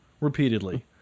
repeatedly